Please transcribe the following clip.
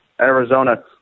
Arizona